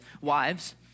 Wives